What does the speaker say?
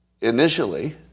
initially